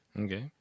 Okay